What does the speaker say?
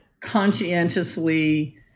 conscientiously